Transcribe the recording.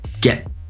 get